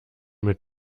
mit